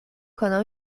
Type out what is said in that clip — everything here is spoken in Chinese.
可能